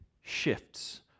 shifts